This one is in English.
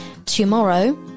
tomorrow